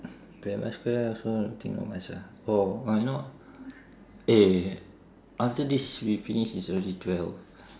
paya lebar square also I think not much ah oh you know eh after this we finish it's already twelve